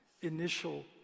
initial